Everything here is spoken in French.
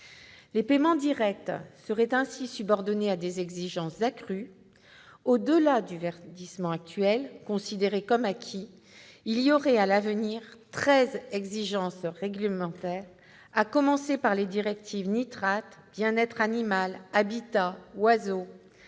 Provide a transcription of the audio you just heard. Les paiements directs seraient ainsi subordonnés à des exigences accrues : au-delà du « verdissement » actuel considéré comme acquis, il y aurait à l'avenir treize exigences réglementaires- à commencer par les directives Nitrates, Bien-être animal, Habitat, Oiseaux